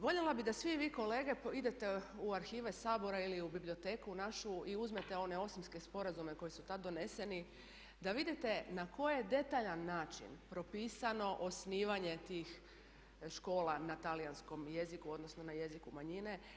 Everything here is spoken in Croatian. Voljela bih da svi vi kolege idete u arhive Sabora ili u biblioteku našu i uzmete one sporazume koji su tad doneseni da vidite na koji je detaljan način propisano osnivanje tih škola na talijanskom jeziku odnosno na jeziku manjine.